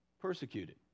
persecuted